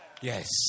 Yes